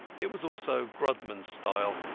it was also grodman's style.